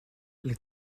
les